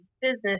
business